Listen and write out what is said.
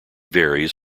varies